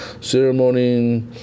ceremony